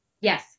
Yes